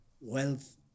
wealth